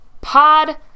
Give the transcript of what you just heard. pod